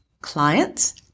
clients